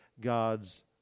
God's